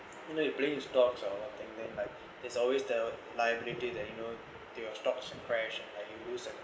you know you play in stocks and a lot of thing then like there's always the liability that you know your stocks and crash and you lose